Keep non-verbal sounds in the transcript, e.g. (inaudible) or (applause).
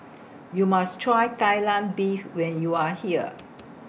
(noise) YOU must Try Kai Lan Beef when YOU Are here